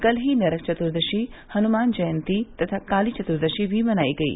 कल ही नरक चतुर्दशी हनुमान जयंती तथा काली चत्दशी भी मनायी गयी